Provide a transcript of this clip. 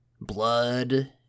blood